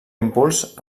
impuls